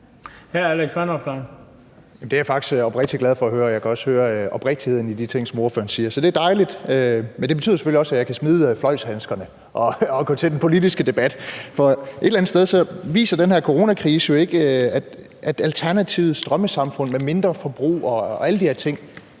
19:59 Alex Vanopslagh (LA): Det er jeg faktisk oprigtig glad for at høre. Jeg kan også høre oprigtigheden i de ting, som ordføreren siger. Så det er dejligt. Men det betyder selvfølgelig også, at jeg kan smide fløjlshandskerne og gå til den politiske debat, for et eller andet sted viser den her coronakrise jo, at Alternativets drømmesamfund med mindre forbrug og alle de her ting